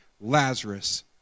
Lazarus